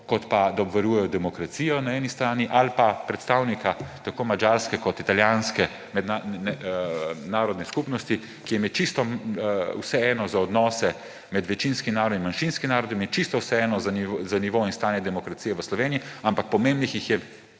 kot pa da obvarujejo demokracijo na eni strani; ali pa predstavnika tako madžarske kot italijanske narodne skupnosti, ki jima je čisto vseeno za odnose med večinskim narodom in manjšinskim narodom, jima je čisto vseeno za nivo in stanje demokracije v Sloveniji, ampak pomembnih je